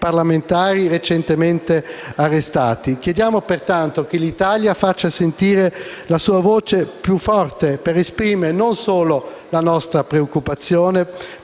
Grazie